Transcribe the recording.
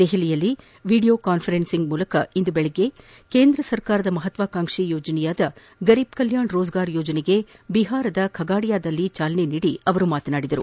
ದೆಹಲಿಯಲ್ಲಿ video conference ಮೂಲಕ ಕೇಂದ್ರ ಸರ್ಕಾರದ ಮಹತ್ವಾಕಾಂಕ್ಷಿ ಯೋಜನೆಯಾದ ಗರೀಬ್ ಕಲ್ಕಾಣ್ ರೋಜ್ಗಾರ್ ಯೋಜನೆಗೆ ಬಿಹಾರದ ಖಗಾಡಿಯಾದಲ್ಲಿ ಚಾಲನೆ ನೀಡಿ ಅವರು ಮಾತನಾಡಿದರು